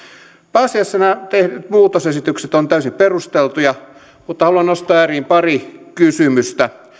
pääasiassa nämä tehdyt muutosesitykset ovat täysin perusteltuja mutta haluan nostaa esiin pari kysymystä